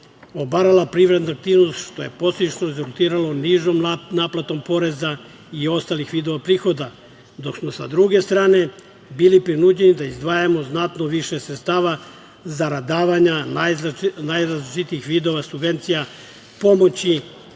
obarala privredna aktivnost, što je posledično rezultiralo nižom naplatom poreza i ostalih vidova prihoda, dok smo, s druge strane, bili prinuđeni da izdvajamo znatno više sredstava zarad davanja najrazličitijih vidova subvencija, pomoći,